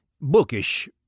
Bookish